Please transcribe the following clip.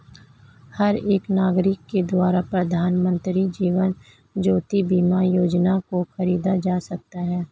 हर एक नागरिक के द्वारा प्रधानमन्त्री जीवन ज्योति बीमा योजना को खरीदा जा सकता है